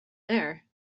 there